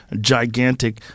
gigantic